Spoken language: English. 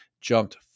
jumped